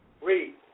Read